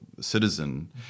citizen